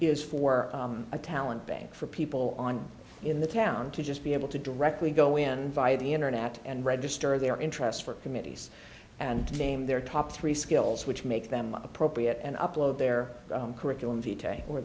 is for a talent bank for people on in the town to just be able to directly go in via the internet and register their interest for committees and claim their top three skills which make them appropriate and upload their curriculum or